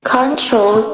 Control